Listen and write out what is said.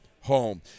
home